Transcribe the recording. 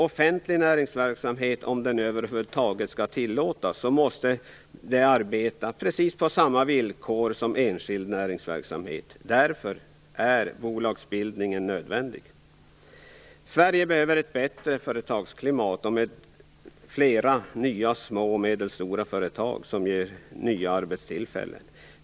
Offentlig näringsverksamhet måste, om den över huvud taget skall tillåtas, arbeta på samma villkor som enskild näringsverksamhet. Därför är bolagsbildningen nödvändig. Sverige behöver ett bättre företagsklimat med fler nya, små och medelstora företag, som ger nya arbetstillfällen.